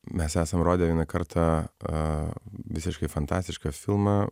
mes esam rodę vieną kartą visiškai fantastišką filmą